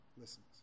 listens